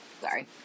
Sorry